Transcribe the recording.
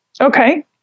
Okay